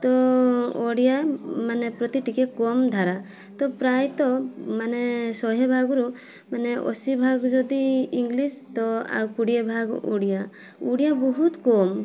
ତ ଓଡ଼ିଆ ମାନେ ପ୍ରତି ଟିକେ କମ୍ ଧାରା ତ ପ୍ରାୟତଃ ମାନେ ଶହେ ଭାଗରୁ ମାନେ ଆଶୀ ଭାଗ ଯଦି ଇଂଲିସ୍ ତ ଆଉ କୋଡ଼ିଏ ଭାଗ ଓଡ଼ିଆ ଓଡ଼ିଆ ବହୁତ କମ୍